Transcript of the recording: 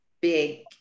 big